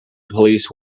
police